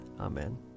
Amen